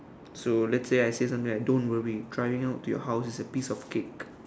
so let's say I say something like don't worry driving out to your house is a piece of cake